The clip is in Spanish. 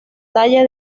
talla